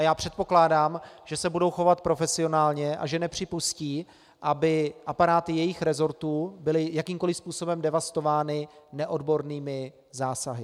Já předpokládám, že se budou chovat profesionálně a že nepřipustí, aby aparáty jejich resortů byly jakýmkoliv způsobem devastovány neodbornými zásahy.